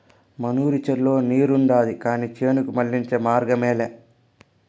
మనూరి చెర్లో నీరుండాది కానీ చేనుకు మళ్ళించే మార్గమేలే